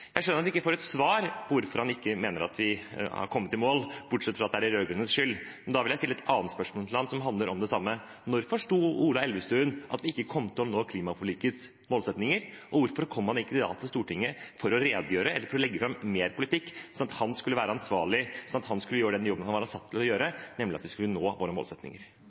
Jeg skjønner at jeg ikke får svar på hvorfor han mener at vi ikke har kommet i mål – bortsett fra at det er de rød-grønnes skyld. Da vil jeg stille ham et annet spørsmål, som handler om det samme: Når forsto Ola Elvestuen at vi ikke kom til å nå klimaforlikets målsettinger, og hvorfor kom han ikke da til Stortinget for å redegjøre eller legge fram mer politikk, sånn at han kunne være ansvarlig og gjøre den jobben han var satt til å gjøre – nemlig å nå våre målsettinger? Jeg forteller bare hvorfor vi